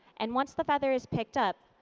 and once the feather is picked up,